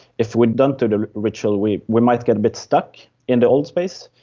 if we don't do the ritual we we might get a bit stuck in the old space.